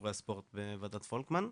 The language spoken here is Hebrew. שידורי הספורט בוועדת פולקמן.